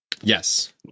Yes